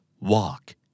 Walk